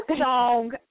song